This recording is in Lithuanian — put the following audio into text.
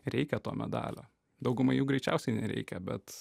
reikia to medalio daugumai jų greičiausiai nereikia bet